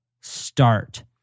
start